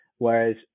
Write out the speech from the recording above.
Whereas